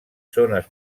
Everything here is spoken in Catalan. zones